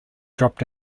dropped